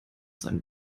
seinem